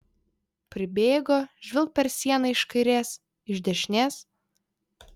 pribėgo žvilgt per sieną iš kairės iš dešinės